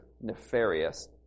nefarious